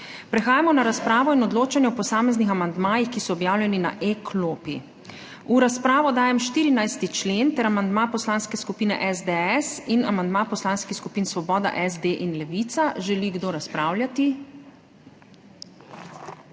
Prehajamo na razpravo in odločanje o posameznih amandmajih, ki so objavljeni na e-klopi. V razpravo dajem 14. člen ter amandma Poslanske skupine SDS in amandma Poslanskih skupin Svoboda, SD in Levica. Želi kdo razpravljati?